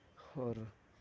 اور